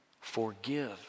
Forgive